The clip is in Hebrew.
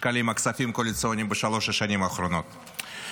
שקלים כספים קואליציוניים בשלוש השנים האחרונות.